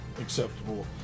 acceptable